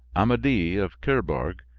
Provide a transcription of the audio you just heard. amedee of kerbourg,